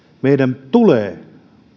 meidän tulee